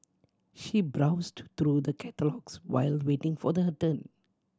she browsed through the catalogues while waiting for her turn